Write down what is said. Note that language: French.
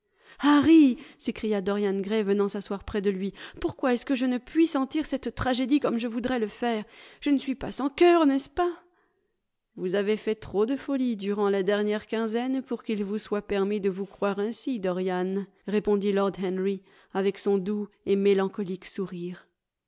s'écria dorian gray venant s'asseoir près de lui pourquoi est-ce que ne puis sentir cette tragédie comme je voudrais le faire je ne suis pas sans coeur n'est-ce pas vous avez fait trop de folies durant la dernière quinzaine pour qu'il vous soit permis de vous croire ainsi dorian répondit lord henry avec son doux et mélancolique sourire